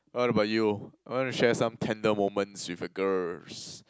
what about you wanna share some tender moments with a girls